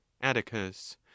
Atticus